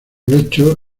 lecho